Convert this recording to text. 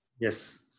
yes